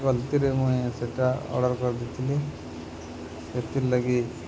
ଗଲ୍ତିରେ ମୁଇଁ ସେଟା ଅର୍ଡ଼ର୍ କରିଦେଇଥିଲି ସେଥିର୍ଲାଗି